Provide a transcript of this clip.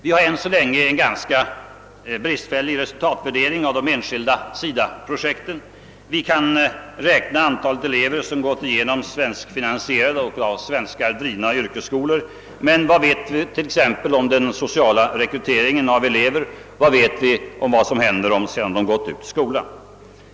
Än så länge sker det en ganska bristfällig resultatvärdering av de enskilda SIDA-projekten. Vi kan räkna antalet elever som gått igenom svenskfinansierade och av svenskar drivna yrkesskolor, men vad vet vi t.ex. om den sociala rekryteringen av eleverna? Och vad vet vi vad som händer dem sedan de gått ut ur skolan?